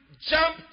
jump